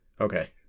Okay